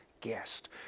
guest